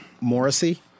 Morrissey